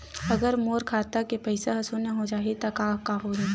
अगर मोर खाता के पईसा ह शून्य हो जाही त का होही?